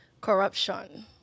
Corruption